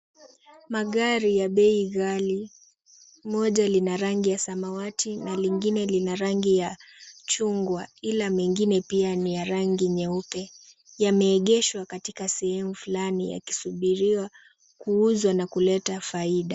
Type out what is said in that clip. Magari ya bei ghali, moja lina rangi ya samawati na lingine lina rangi ya chungwa ila mengine pia ni ya rangi nyeupe, yameegeshwa katika sehemu fulani yakisubiriwa kuuzwa na kuleta faida.